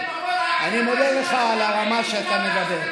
כשאתה מסכן את חייהם של עובדי הרשות להסדרה,